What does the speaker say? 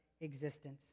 existence